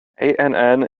ann